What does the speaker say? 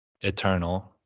eternal